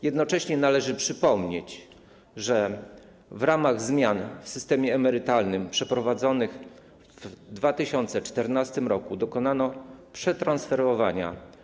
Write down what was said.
Jednocześnie należy przypomnieć, że w ramach zmian w systemie emerytalnym wprowadzonych w 2014 r. dokonano przetransferowania.